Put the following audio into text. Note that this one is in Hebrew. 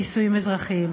נישואין אזרחיים.